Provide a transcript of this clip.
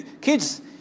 Kids